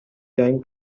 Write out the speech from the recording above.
time